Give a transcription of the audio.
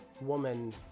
woman